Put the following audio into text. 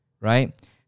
right